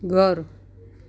ઘર